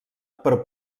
per